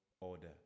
order